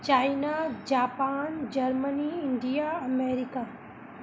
China Japan Germany India America